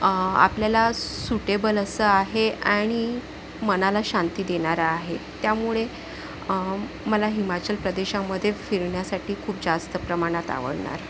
आपल्याला सुटेबल असं आहे आणि मनाला शांती देणारं आहे त्यामुळे मला हिमाचल प्रदेशामध्ये फिरण्यासाठी खूप जास्त प्रमाणात आवडणार